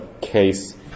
case